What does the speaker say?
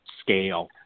scale